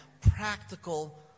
practical